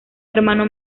hermano